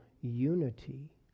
unity